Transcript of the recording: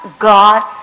God